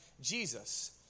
Jesus